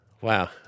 wow